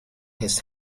his